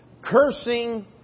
cursing